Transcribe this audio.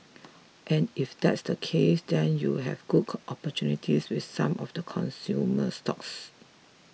and if that's the case then you have good opportunities with some of the consumer stocks